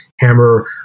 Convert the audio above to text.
hammer